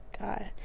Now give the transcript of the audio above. God